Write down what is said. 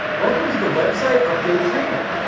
welcome to the website update training.